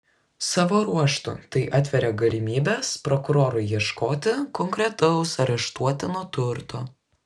savo ruožtu tai atveria galimybes prokurorui ieškoti konkretaus areštuotino turto